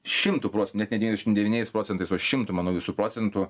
šimtu procentu net ne devyndešimt devyniais procentais o šimtu manau visų procentų